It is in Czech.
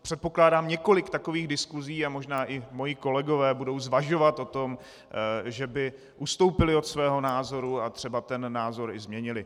Předpokládám ještě několik takových diskusí a možná i moji kolegové budou zvažovat o tom, že by ustoupili od svého názoru a třeba názor i změnili.